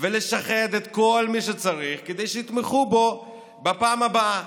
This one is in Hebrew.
ולשחד את כל מי שצריך כדי שיתמכו בו בפעם הבאה.